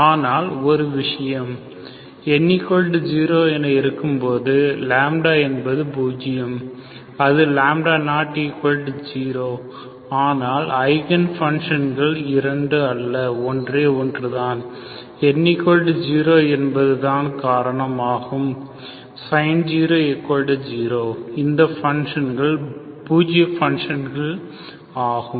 ஆனால் ஒரு விஷயம் n0 என இருக்கும் பொது λ என்பது 0 அது 00ஆனால் ஐகன் ஃபங்ஷன் கள் இரண்டு அல்ல ஒன்றே ஒன்றுதான் n0 என்பது தான் காரணம் ஆகும் sine 0 0 இந்த ஃபங்ஷன் பூஜ்ய ஃபங்ஷன்கள் ஆகும்